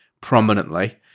prominently